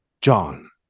john